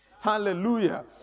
Hallelujah